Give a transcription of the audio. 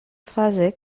fase